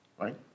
right